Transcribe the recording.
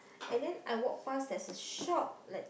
and then I walk past there's a shop like